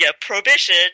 prohibition